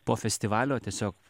po festivalio tiesiog